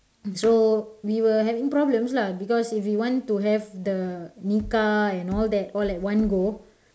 so we were having problems lah because if we want to have the nikah and all that all at one go